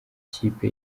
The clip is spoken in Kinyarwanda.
ikipe